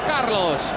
Carlos